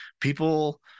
people